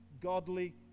godly